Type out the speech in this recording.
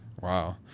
wow